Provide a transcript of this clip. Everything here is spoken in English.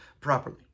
properly